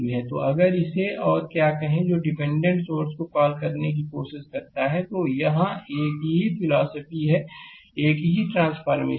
तो अगर इसे आर क्या है जो डिपेंडेंट करंट सोर्स को कॉल करने की कोशिश करता है यहां एक ही फिलॉसफी है एक ही ट्रांसफॉरमेशन है